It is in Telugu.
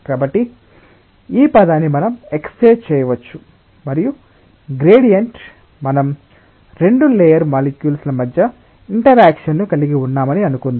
కాబట్టి ఈ పదాన్ని మనం ఎక్స్ప్రెస్ చేయవచ్చు మరియు గ్రేడియoట్ మనం రెండు లేయర్ మాలిక్యుల్స్ ల మధ్య ఇంటర్ఆక్షన్ ను కలిగి ఉన్నామని అనుకుందాం